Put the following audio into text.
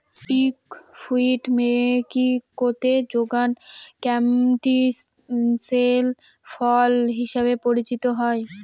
egg fruit মেক্সিকোতে যুগান ক্যান্টিসেল ফল হিসাবে পরিচিত